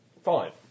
Five